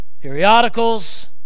periodicals